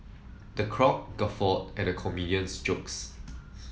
the crowd guffawed at the comedian's jokes